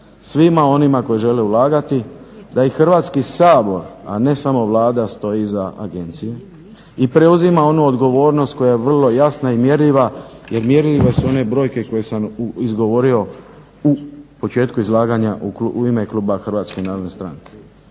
svima onima koji žele ulagati da i Hrvatski sabor, a ne samo Vlada, stoji iza agencije i preuzima onu odgovornost koja je vrlo jasna i mjerljiva jer mjerljive su one brojke koje sam izgovorio u početku izlaganja u ime kluba HNS-a. Prema tome